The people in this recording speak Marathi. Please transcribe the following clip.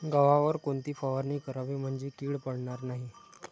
गव्हावर कोणती फवारणी करावी म्हणजे कीड पडणार नाही?